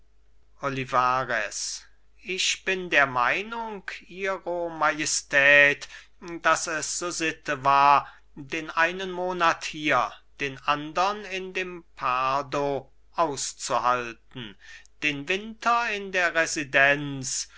olivarez ich bin der meinung ihre majestät daß es so sitte war den einen monat hier den andern in dem pardo auszuhalten den winter in der residenz